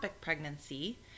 pregnancy